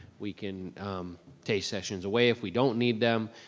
we can take sessions away if we don't need them,